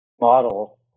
model